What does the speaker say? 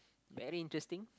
very interesting